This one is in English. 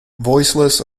voiceless